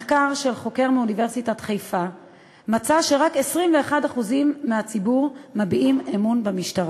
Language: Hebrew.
מחקר של חוקר מאוניברסיטת חיפה מצא שרק 21% מהציבור מביעים אמון במשטרה.